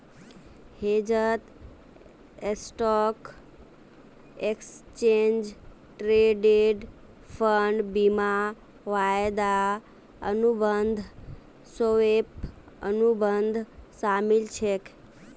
हेजत stock, exchange traded fund, बीमा, वायदा अनुबंध, स्वैप, अनुबंध शामिल छेक